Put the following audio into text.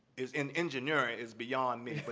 is in engineering is beyond me, but